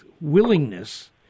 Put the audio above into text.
willingness